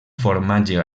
formatge